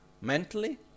Mentally